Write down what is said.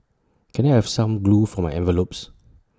can I have some glue for my envelopes